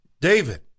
David